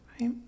right